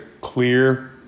clear